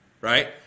right